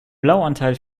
blauanteil